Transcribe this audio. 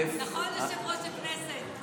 נכון, יושב-ראש הכנסת?